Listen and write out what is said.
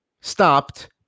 stopped